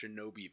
shinobi